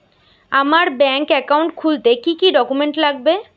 আমার bank account খুলতে কি কি ডকুমেন্ট লাগবে?